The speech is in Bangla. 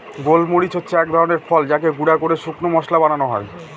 গোল মরিচ হচ্ছে এক ধরনের ফল যাকে গুঁড়া করে শুকনো মশলা বানানো হয়